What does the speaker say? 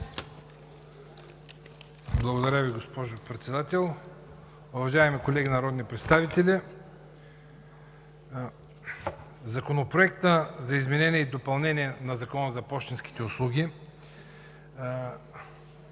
Благодаря Ви, госпожо Председател. Уважаеми колеги народни представители, Законопроектът за изменение и допълнение на Закона за пощенските услуги